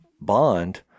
bond